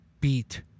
beat